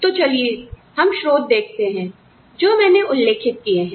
तो चलिए हम स्रोत देखते हैं जो मैंने उल्लिखित किए हैं